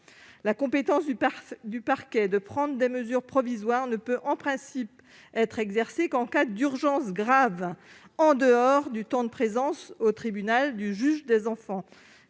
La compétence du parquet pour prendre des mesures provisoires ne peut en principe être exercée qu'en cas d'urgence grave, en dehors du temps de présence au tribunal du juge des enfants.